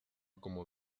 como